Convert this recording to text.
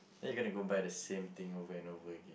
then you gonna go buy the same thing over and over again